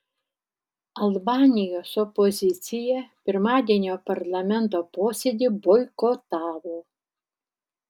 albanijos opozicija pirmadienio parlamento posėdį boikotavo